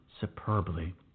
superbly